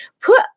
put